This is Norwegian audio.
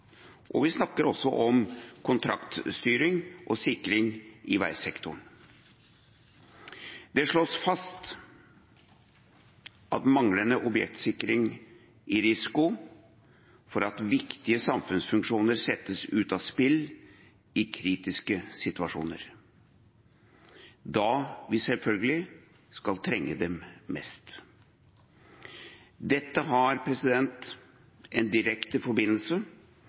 og vi snakker også om kontraktstyring og sikring i veisektoren. Det slås fast at manglende objektsikring gir risiko for at viktige samfunnsfunksjoner settes ut av spill i kritiske situasjoner, når vi, selvfølgelig, skal trenge dem mest. Dette har en direkte forbindelse